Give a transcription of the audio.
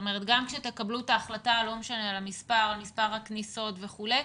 גם כשתקבלו את ההחלטה על מספר הכניסות וכו',